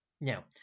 Now